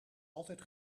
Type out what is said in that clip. altijd